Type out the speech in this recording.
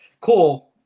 Cool